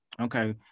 Okay